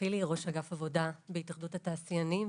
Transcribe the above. ראש אגף עבודה בהתאחדות התעשיינים,